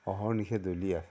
অহৰ নিশে দলিয়া